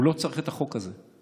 הוא לא צריך את החוק הזה,